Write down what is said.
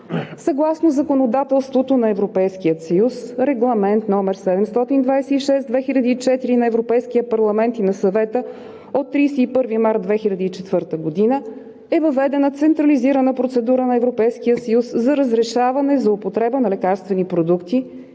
Съгласно законодателството на Европейския съюз, Регламент № 726/2004 на Европейския парламент и Съвета от 31 март 2004 г., е въведена централизирана процедура на Европейския съюз за разрешаване за употреба на лекарствени продукти